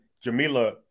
Jamila